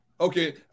okay